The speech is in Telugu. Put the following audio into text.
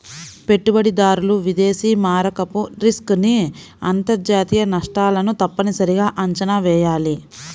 పెట్టుబడిదారులు విదేశీ మారకపు రిస్క్ ని అంతర్జాతీయ నష్టాలను తప్పనిసరిగా అంచనా వెయ్యాలి